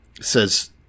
says